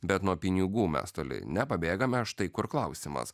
bet nuo pinigų mes toli nepabėgame štai kur klausimas